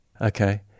Okay